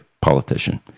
politician